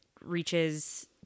reaches